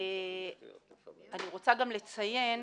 אני רוצה גם לציין